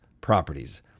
properties